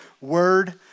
word